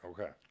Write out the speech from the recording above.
Okay